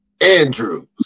Andrews